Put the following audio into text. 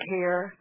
Care